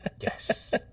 Yes